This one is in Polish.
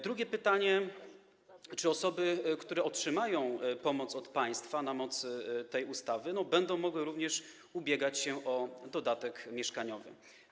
Drugie pytanie: Czy osoby, które otrzymają pomoc od państwa na mocy tej ustawy, będą mogły również ubiegać się o dodatek mieszkaniowy?